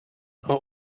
are